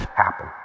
happen